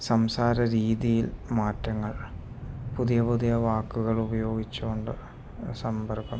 സംസാര രീതിയിൽ മാറ്റങ്ങൾ പുതിയ പുതിയ വാക്കുകൾ ഉപയോഗിച്ച് കൊണ്ട് സമ്പർകം